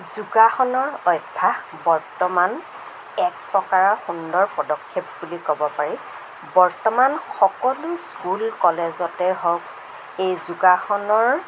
যোগাসনৰ অভ্য়াস বৰ্তমান এক প্ৰকাৰৰ সুন্দৰ পদক্ষেপ বুলি ক'ব পাৰি বৰ্তমান সকলো স্কুল কলেজতে হওক এই যোগাসনৰ